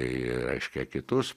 į reiškia kitus